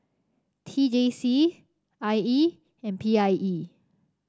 T J C I E and P I E